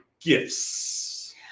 gifts